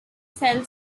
cell